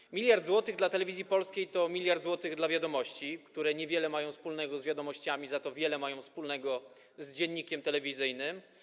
1 mld zł dla Telewizji Polskiej to 1 mld zł dla „Wiadomości”, które niewiele mają wspólnego z wiadomościami, za to wiele mają wspólnego z dziennikiem telewizyjnym.